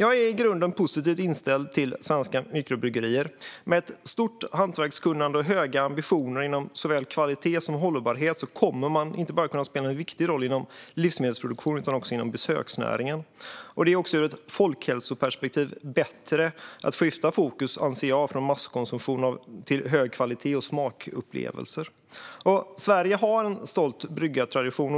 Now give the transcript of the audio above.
I grunden är jag positivt inställd till svenska mikrobryggerier. Med stort hantverkskunnande och höga ambitioner inom såväl kvalitet som hållbarhet kommer man att kunna spela en viktig roll inom inte bara livsmedelsproduktionen utan också besöksnäringen. Det är ur ett folkhälsoperspektiv bättre att skifta fokus, anser jag, från masskonsumtion till hög kvalitet och smakupplevelser. Sverige har en stolt bryggartradition.